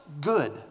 good